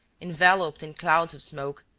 enveloped in clouds of smoke,